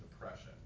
depression